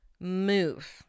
move